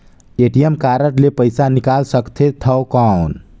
ATM card ले पइसा निकाल सकथे थव कौन?